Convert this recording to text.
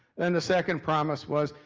then the second promise was,